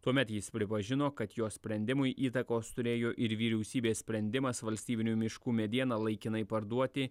tuomet jis pripažino kad jo sprendimui įtakos turėjo ir vyriausybės sprendimas valstybinių miškų medieną laikinai parduoti